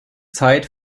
zeit